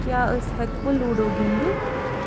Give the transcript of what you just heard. کیٛاہ أسۍ ہیکوٕ لوڈو گِنٛدِتھ